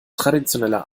traditioneller